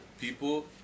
people